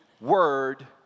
word